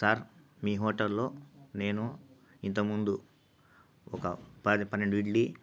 sir మీ హోటల్లో నేను ఇంతకముందు ఒక పది పన్నెండు ఇడ్లీ